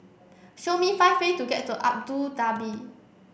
show me five way to get to Abu Dhabi